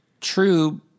True